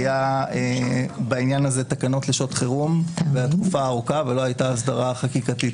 היו בעניין הזה תקנות לשעות חירום תקופה ארוכה ולא הייתה הסדרה חקיקתית.